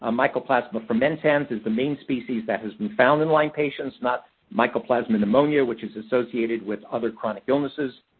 ah mycoplasma fermentans is the main species that has been found in lyme patients, not mycoplasma pneumoniae, which is associated with other chronic illnesses.